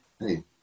Hey